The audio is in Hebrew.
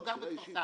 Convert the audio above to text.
הוא גר בכפר סבא.